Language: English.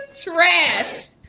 trash